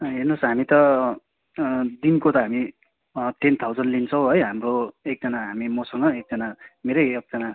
हेर्नुहोस् हामी त दिनको त हामी टेन थाउजन्ड लिन्छौँ है हाम्रो एकजाना हामी मसँग एकजाना मेरै एकजाना